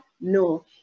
No